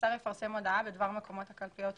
השר יפרסם הודעה בדבר מקומות הקלפיות הייעודיות,